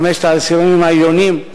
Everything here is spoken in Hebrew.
לחמשת העשירונים העליונים,